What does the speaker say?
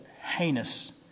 heinous